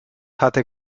hatte